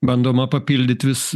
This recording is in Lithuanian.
bandoma papildyt vis